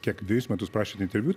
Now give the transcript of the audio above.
kiek dvejus metus prašėt interviu